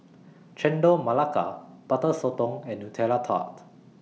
Chendol Melaka Butter Sotong and Nutella Tart